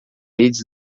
redes